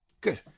Good